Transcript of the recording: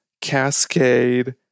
Cascade